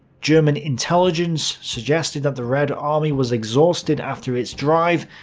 german intelligence suggested that the red army was exhausted after its drive,